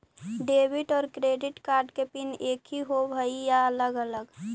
Debit और credit card के PIN एकही होव हइ या अलग अलग?